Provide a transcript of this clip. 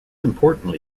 importantly